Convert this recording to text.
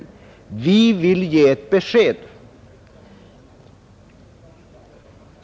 Vi vill ge ett besked.